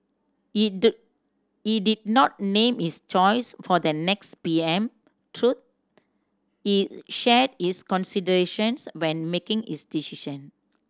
he do he did not name his choice for the next P M though he shared his considerations when making his decision